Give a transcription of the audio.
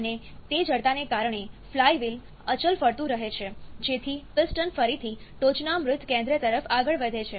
અને તે જડતાને કારણે ફ્લાયવ્હીલ અચલ ફરતું રહે છે જેથી પિસ્ટન ફરીથી ટોચના મૃત કેન્દ્ર તરફ આગળ વધે છે